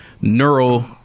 neural